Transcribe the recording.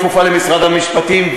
הכפופה למשרד המשפטים,